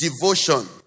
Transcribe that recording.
devotion